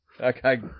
Okay